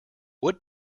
what